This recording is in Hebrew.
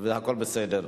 והכול בסדר.